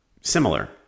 similar